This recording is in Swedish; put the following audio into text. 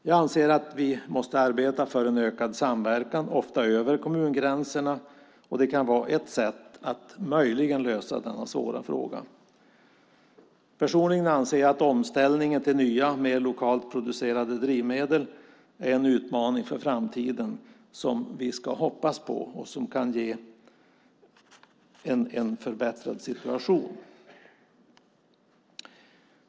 Jag anser att vi måste arbeta för en ökad samverkan, ofta över kommungränserna, och det kan vara ett sätt att möjligen lösa denna svåra fråga. Personligen anser jag att omställningen till nya mer lokalt producerade drivmedel är en utmaning för framtiden som vi hoppas kan ge en förbättrad situation.